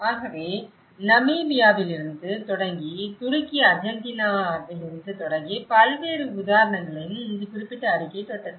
ஆகவே நமீபியாவிலிருந்து தொடங்கி துருக்கி அர்ஜென்டினாவிலிருந்து தொடங்கி பல்வேறு உதாரணங்களையும் இந்த குறிப்பிட்ட அறிக்கை தொட்டது